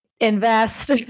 invest